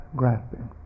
grasping